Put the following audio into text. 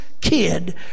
kid